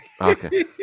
okay